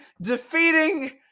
defeating